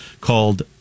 called